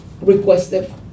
requested